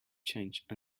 changed